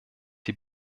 die